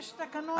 יש תקנון לכנסת.